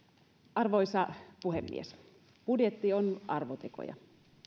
arvoisa puhemies budjetti on arvotekoja